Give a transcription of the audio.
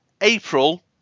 April